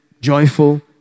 Joyful